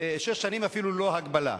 לשש שנים, אפילו ללא הגבלה.